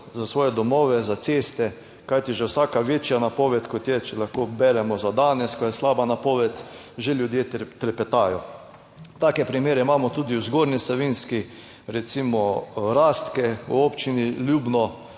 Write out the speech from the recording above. za svoje domove, za ceste, kajti že vsaka večja napoved, kot je, če lahko beremo za danes, ko je slaba napoved, že ljudje trepetajo. Take primere imamo tudi v Zgornji Savinjski, recimo Rastke v občini Ljubno,